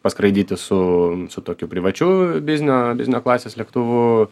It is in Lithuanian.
paskraidyti su su tokiu privačiu biznio biznio klasės lėktuvu